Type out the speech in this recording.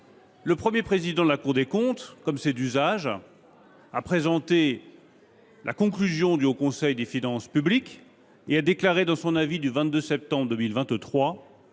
le Premier président de la Cour des comptes, comme c’est l’usage, a présenté la conclusion du Haut Conseil des finances publiques (HCFP). On pouvait lire dans l’avis du 22 septembre 2023